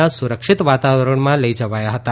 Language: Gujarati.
ના સુરક્ષિત વાતાવરણમાં લઈ જવાયા હતા